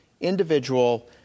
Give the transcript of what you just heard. Individual